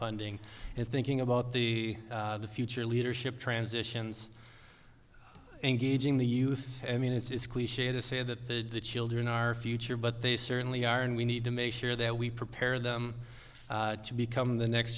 funding and thinking about the future leadership transitions engaging the youth i mean it's cliche to say that the children are future but they certainly are and we need to make sure that we prepare them to become the next